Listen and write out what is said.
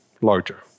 larger